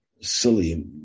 silly